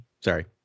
Sorry